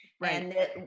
Right